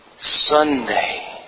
Sunday